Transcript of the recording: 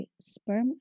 sperm